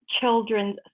children's